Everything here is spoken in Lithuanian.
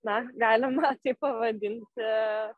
na galima taip pavadinti